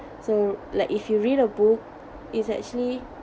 so like if you read a book its actually